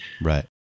Right